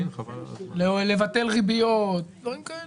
לבטל ריביות, דברים כאלה.